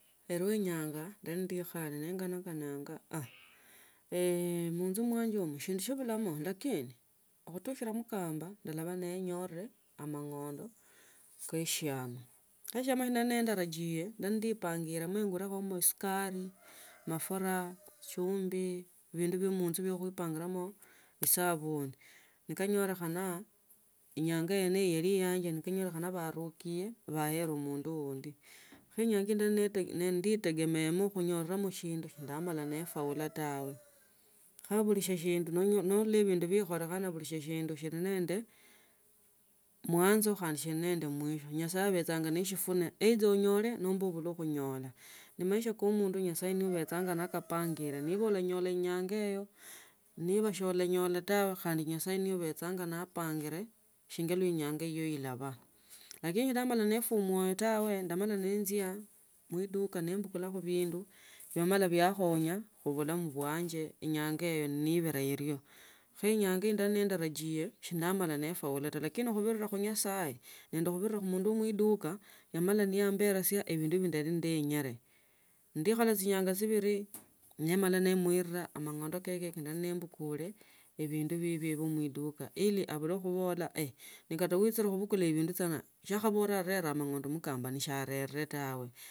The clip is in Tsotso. Alio enyanga ndaba nikhole ninganni kananga aah munzu mwanze muno shindu shibulamo lakini khutukhola mkamba alabaa ninyorere amang’ondi keshiam khe shoma shino nendaroyie no ndepangaliemo kule khomo esukari amafuna chumbi bindu bya manzu bia khuipangiliamo esabuni ni kanyolekhana enyanga yene iyo iliyanga nekanyolekhana inyangaino ili yanje kenyakhana barukibe bayene mundu uundi kho enyanga indi nitigerose mbu khonyereramo shindu shi ndamala nefaula tawe khobuli na shindu shili nende mwanzo khandi shili nende mwisho nyasaye abechanga ne shifune either onyole nemba obulr khunyola ne maisha ke omundu ne nyasaye ubechanga ne kapangiye niba okinyola inyang’o rya niba shi olangola tawre khandi nyasaye niba u bechanga naapangile shinga inyanga hiyo utabaa lakini ndamala nifwa moyo ka ndamala ninjia muiduka numbakulakho bindu vyamala vikhonya khubulamu bwanje enyanga iyo nibira iryo khe inyanga ndola nitarajie se ndamala nifaula taa lakini khubirira khu nyasaye nende khubirira ndenyole ndikhala chinyanga chibili ni mala nimuira amang; onda keke nimbakule ebindu bibye ewe mwene achiye khuiduka ili ubule khubola nekato uichilie khubukula bindu chana shi akhabola arera amang’onda mkamba khandi shiarere tawe.